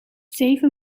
zeven